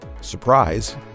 Surprise